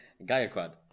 Gayaquad